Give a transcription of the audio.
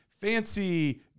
fancy